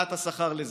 והעלאת השכר לזה.